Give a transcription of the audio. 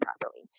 properly